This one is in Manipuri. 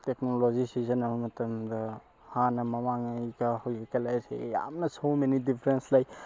ꯇꯦꯛꯅꯣꯂꯣꯖꯤ ꯁꯤꯖꯤꯟꯅꯕ ꯃꯇꯝꯗ ꯍꯥꯟꯅ ꯃꯃꯥꯡꯉꯩꯒ ꯍꯧꯖꯤꯛꯀ ꯂꯩꯔꯤꯁꯤ ꯌꯥꯝꯅ ꯁꯣ ꯃꯦꯅꯤ ꯗꯤꯐ꯭ꯔꯦꯟ ꯂꯩ